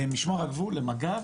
למשטר הגבול, למג"ב